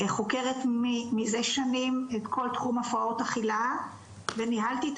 חוקרת מזה שנים את כל תחום הפרעות אכילה וניהלתי את